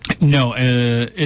No